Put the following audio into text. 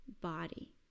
body